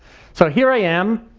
so here i am,